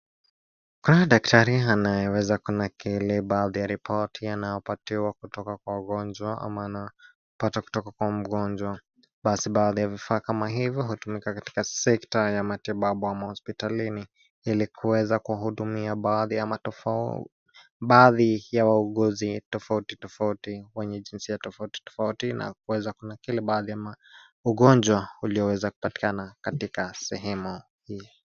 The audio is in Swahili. Kuna daktari anayeweza kunakili baadhi ya ripoti anayopatiwa kutoka kwa wagonjwa ama anapata kutoka kwa mgonjwa. Basi baadhi ya vifaa kama hivi hutumika katika sekta ya matibabu ama hospitalini ili kuweza kuhudumia baadhi ya wauguzi tofauti tofauti wenye jinsia tofauti tofauti na kuweza kunakili baadhi ya ugonjwa uliopatikana katika sehemu hii.